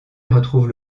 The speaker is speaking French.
retrouvent